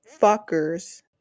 fuckers